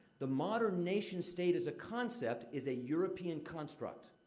the modern nation state as a concept is a european construct.